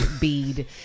bead